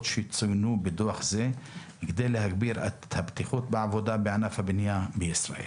שצוינו בדוח זה כדי להגביר את הבטיחות בעבודה בענף הבנייה בישראל".